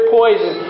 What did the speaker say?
poison